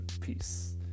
Peace